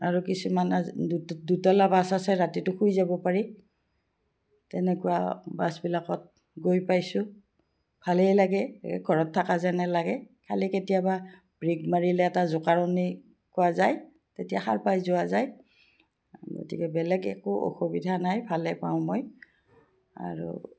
আৰু কিছুমান দুতলা বাছ আছে ৰাতিটো শুই যাব পাৰি তেনেকুৱা বাছবিলাকত গৈ পাইছোঁ ভালেই লাগে ঘৰত থাকা যেনে লাগে খালী কেতিয়াবা ব্ৰেক মাৰিলে এটা জোকাৰণি পোৱা যায় তেতিয়া সাৰ পাই যোৱা যায় গতিকে বেলেগ একো অসুবিধা নাই ভালে পাওঁ মই আৰু